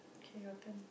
okay your turn